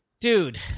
Dude